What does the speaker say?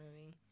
movie